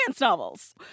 novels